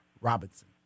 Robinson